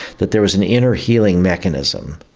that there is an inner healing mechanism.